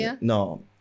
no